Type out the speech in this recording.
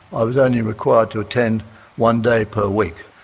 i was only required to attend one day per week.